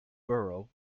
borough